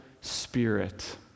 spirit